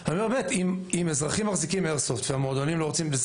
אני אומר שאם האזרחים מחזיקים איירסופט והמועדונים לא רוצים לקחת,